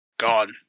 gone